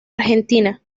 argentina